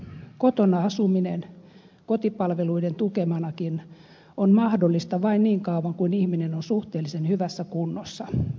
kotona asuminen kotipalveluiden tukemanakin on mahdollista vain niin kauan kuin ihminen on suhteellisen hyvässä kunnossa